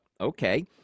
okay